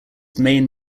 main